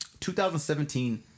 2017